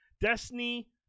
Destiny